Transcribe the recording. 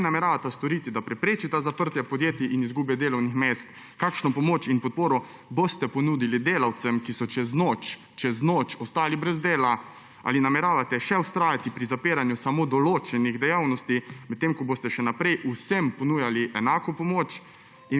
Kaj nameravata storiti, da preprečita zaprtja podjetij in izgube delovnih mest? Kakšno pomoč in podporo boste ponudili delavcem, ki so čez noč, čez noč ostali brez dela? Ali nameravate še vztrajati pri zapiranju samo določenih dejavnosti, medtem ko boste še naprej vsem ponujali enako pomoč?